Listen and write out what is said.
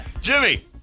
Jimmy